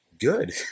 good